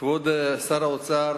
אדוני היושב-ראש, כבוד שר האוצר,